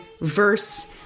verse